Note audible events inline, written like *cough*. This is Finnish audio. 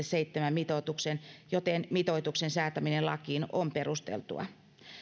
*unintelligible* seitsemän mitoituksen joten mitoituksen säätäminen lakiin on perusteltua